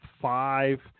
five